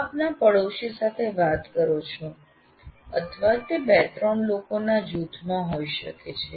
આપ આપના પાડોશી સાથે વાત કરો છો અથવા તે 23 લોકોના જૂથમાં હોય શકે છે